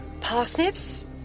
parsnips